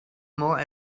more